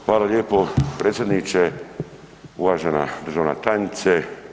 Hvala lijepo predsjedniče, uvažena državna tajnice.